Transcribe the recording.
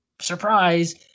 surprise